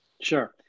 Sure